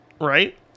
Right